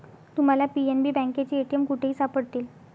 तुम्हाला पी.एन.बी बँकेचे ए.टी.एम कुठेही सापडतील